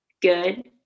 good